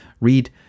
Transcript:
read